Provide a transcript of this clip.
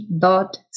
dot